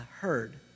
heard